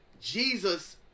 Jesus